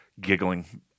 giggling